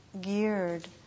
geared